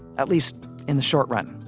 at least in the short run,